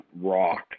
rock